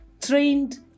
trained